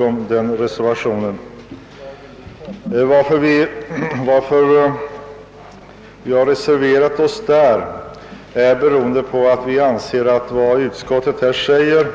Orsaken till att vi har reserverat oss är att vi anser att vad utskottet skriver